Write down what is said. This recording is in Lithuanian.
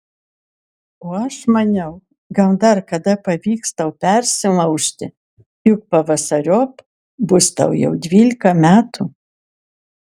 o aš maniau gal dar kada pavyks tau persilaužti juk pavasariop bus tau jau dvylika metų